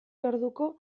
orduko